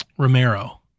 Romero